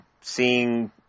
seeing